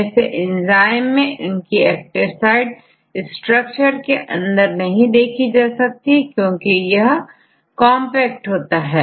जैसे एंजाइम में उनकी एक्टिव साइट स्ट्रक्चर के अंदर नहीं देखी जा सकती क्योंकि यह कॉन्पैक्ट होती है